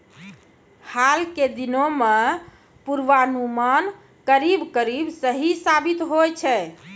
हाल के दिनों मॅ पुर्वानुमान करीब करीब सही साबित होय छै